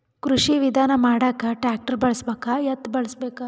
ಕೃಷಿ ವಿಧಾನ ಮಾಡಾಕ ಟ್ಟ್ರ್ಯಾಕ್ಟರ್ ಬಳಸಬೇಕ, ಎತ್ತು ಬಳಸಬೇಕ?